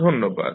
ধন্যবাদ